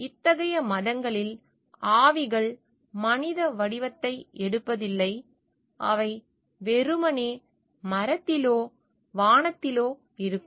இத்தகைய மதங்களில் ஆவிகள் மனித வடிவத்தை எடுப்பதில்லை அவை வெறுமனே மரத்திலோ வானத்திலோ இருக்கும்